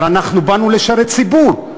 אבל אנחנו באנו לשרת ציבור.